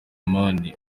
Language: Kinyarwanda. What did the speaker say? amani